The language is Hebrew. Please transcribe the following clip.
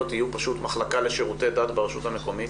יהיו פשוט מחלקה לשירותי דת ברשות המקומית?